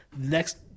Next